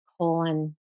colon